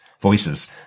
voices